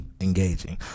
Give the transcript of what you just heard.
engaging